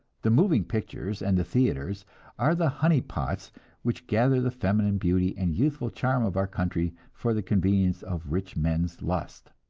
the moving pictures and the theatres are the honey-pots which gather the feminine beauty and youthful charm of our country for the convenience of rich men's lust.